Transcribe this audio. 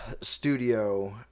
studio